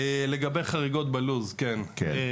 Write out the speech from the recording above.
לגבי חריגות בלו"ז, כן.